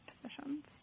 positions